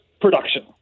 production